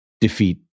defeat